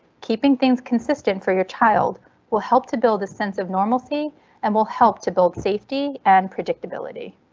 keeping things consistent for your child will help to build a sense of normalcy and will help to build safety and predictability.